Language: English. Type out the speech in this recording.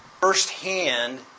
firsthand